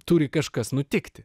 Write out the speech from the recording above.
turi kažkas nutikti